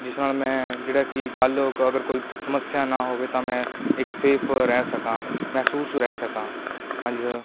ਜਿਸ ਨਾਲ ਮੈਂ ਜਿਹੜਾ ਕਿ ਕੱਲ੍ਹ ਉਹ ਅਗਰ ਕੋਈ ਸਮੱਸਿਆ ਨਾ ਹੋਵੇ ਤਾਂ ਮੈਂ ਇੱਕ ਸੇਫ ਰਹਿ ਸਕਾਂ ਮਹਿਫੂਜ਼ ਰਹਿ ਸਕਾਂ ਹਾਂਜੀ